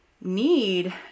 Need